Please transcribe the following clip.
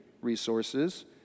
resources